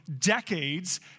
decades